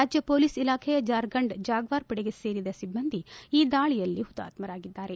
ರಾಜ್ಯ ಪೊಲೀಸ್ ಇಲಾಖೆಯ ಜಾರ್ಖಂಡ್ ಜಾಗ್ವಾರ್ ಪಡೆಗೆ ಸೇರಿದ ಸಿಬ್ಬಂದಿ ಈ ದಾಳಿಯಲ್ಲಿ ಹುತಾತ್ಕರಾಗಿದ್ದಾರೆ